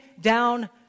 down